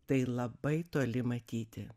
tai labai toli matyti